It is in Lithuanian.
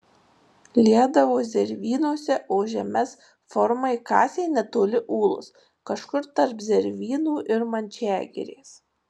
liedavo zervynose o žemes formai kasė netoli ūlos kažkur tarp zervynų ir mančiagirės